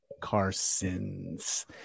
Carsons